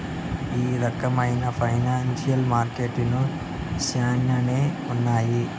ఈ రకమైన ఫైనాన్సియల్ మార్కెట్లు శ్యానానే ఉన్నాయి